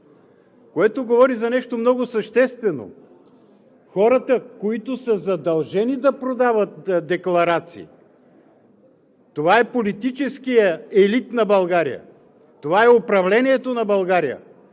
което говори за нещо много съществено – хората, които са задължени да подават декларации, това е политическият елит на България, това е управлението на България,